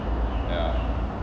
ya